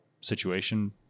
situation